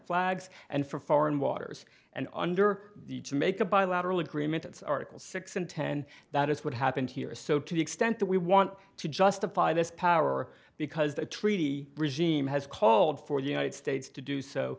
flags and for foreign waters and under the to make a bilateral agreement it's article six and ten that is what happened here so to the extent that we want to justify this power because the treaty regime has called for united states to do so